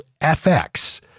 FX